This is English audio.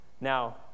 Now